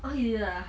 oh he didn't ah